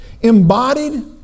embodied